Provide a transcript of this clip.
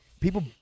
People